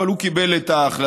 אבל הוא קיבל את ההחלטה,